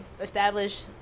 established